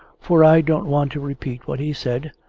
for, i don't want to repeat what he said,